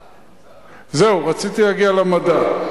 זהו, רציתי להגיע למדע.